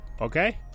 Okay